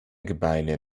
gebeine